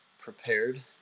prepared